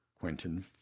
Quentin